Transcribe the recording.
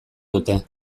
dute